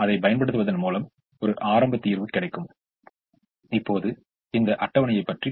இப்போது ஒதுக்கப்படாத நான்கு நிலைகள் உள்ளன அதில் முதல் ஒதுக்கப்படாத நிலை என்பது நிலை 1 2 என்று அழைக்கப்படுகிறது